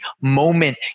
moment